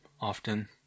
often